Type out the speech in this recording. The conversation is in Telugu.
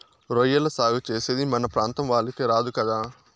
రొయ్యల సాగు చేసేది మన ప్రాంతం వాళ్లకి రాదు కదా